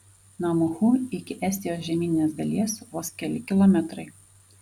nuo muhu iki estijos žemyninės dalies vos keli kilometrai